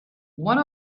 one